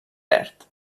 verd